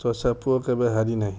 ଚଷା ପୁଅ କେବେ ହାରି ନାହିଁ